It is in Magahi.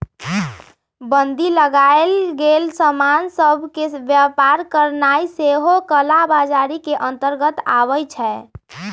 बन्दी लगाएल गेल समान सभ के व्यापार करनाइ सेहो कला बजारी के अंतर्गत आबइ छै